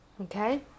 Okay